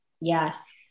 Yes